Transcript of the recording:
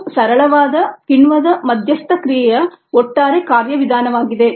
ಇದು ಸರಳವಾದ ಕಿಣ್ವದ ಮಧ್ಯಸ್ಥ ಕ್ರಿಯೆಯ ಒಟ್ಟಾರೆ ಕಾರ್ಯವಿಧಾನವಾಗಿದೆ